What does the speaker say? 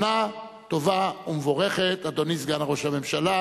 שנה טובה ומבורכת, אדוני סגן ראש הממשלה.